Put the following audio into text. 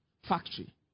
factory